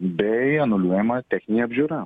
bei anuliuojama techninė apžiūra